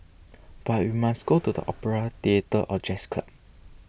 but we must go to the opera theatre or jazz club